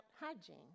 hygiene